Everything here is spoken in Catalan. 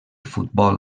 futbol